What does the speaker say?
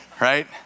right